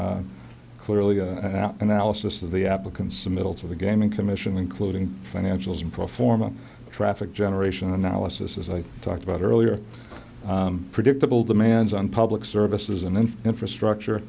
clearly analysis of the applicants to middle to the gaming commission including financials and pro forma traffic generation analysis as i talked about earlier predictable demands on public services and then infrastructure